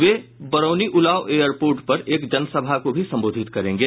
वे Barauni Ulao airport पर एक जनसभा को भी संबोधित करेंगे